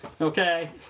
Okay